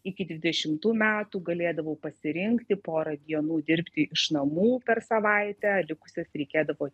iki dvidešimtų metų galėdavau pasirinkti porą dienų dirbti iš namų per savaitę likusias reikėdavo